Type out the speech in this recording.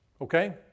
Okay